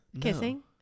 kissing